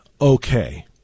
okay